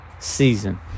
season